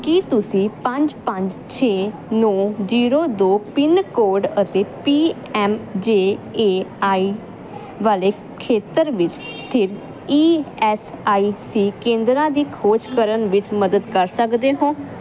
ਕੀ ਤੁਸੀਂ ਪੰਜ ਪੰਜ ਛੇ ਨੌਂ ਜੀਰੋ ਦੋ ਪਿੰਨ ਕੋਡ ਅਤੇ P M J A I ਵਾਲੇ ਖੇਤਰ ਵਿੱਚ ਸਥਿਤ ਈ ਐੱਸ ਆਈ ਸੀ ਕੇਂਦਰਾਂ ਦੀ ਖੋਜ ਕਰਨ ਵਿੱਚ ਮਦਦ ਕਰ ਸਕਦੇ ਹੋ